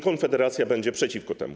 Konfederacja będzie przeciwko temu.